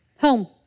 home